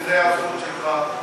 וזאת הזכות שלך,